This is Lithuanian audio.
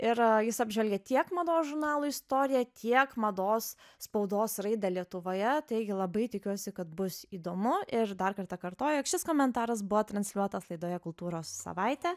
ir jis apžvelgia tiek mados žurnalo istoriją tiek mados spaudos raidą lietuvoje taigi labai tikiuosi kad bus įdomu ir dar kartą kartoju jog šis komentaras buvo transliuotas laidoje kultūros savaitė